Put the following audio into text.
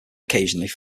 occasionally